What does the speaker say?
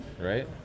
right